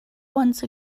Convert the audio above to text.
once